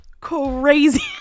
crazy